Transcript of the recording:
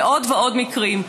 ועוד ועוד מקרים.